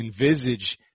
envisage